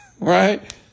Right